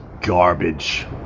garbage